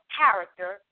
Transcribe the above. character